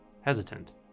hesitant